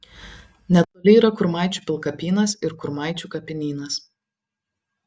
netoli yra kurmaičių pilkapynas ir kurmaičių kapinynas